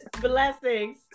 Blessings